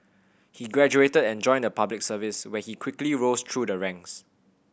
he graduated and joined the Public Service where he quickly rose through the ranks